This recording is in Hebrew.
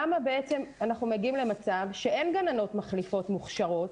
למה בעצם אנחנו מגיעים למצב שאין גננות מחליפות מוכשרות?